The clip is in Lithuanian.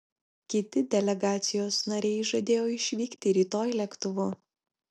kiti delegacijos nariai žadėjo išvykti rytoj lėktuvu